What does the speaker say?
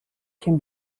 can